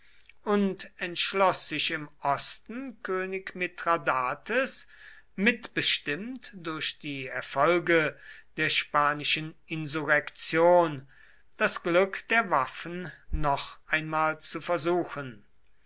und entschloß sich im osten könig mithradates mitbestimmt durch die erfolge der spanischen insurrektion das glück der waffen noch einmal zu versuchen